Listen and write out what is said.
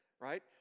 Right